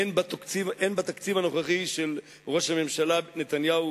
אין בתקציב הנוכחי של ראש הממשלה נתניהו